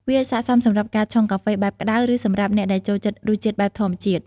វាស័ក្ដិសមសម្រាប់ការឆុងកាហ្វេបែបក្តៅ ឬសម្រាប់អ្នកដែលចូលចិត្តរសជាតិបែបធម្មជាតិ។